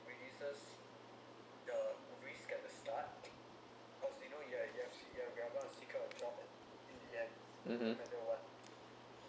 (uh huh)